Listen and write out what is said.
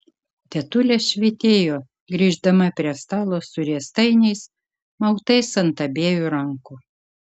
tetulė švytėjo grįždama prie stalo su riestainiais mautais ant abiejų rankų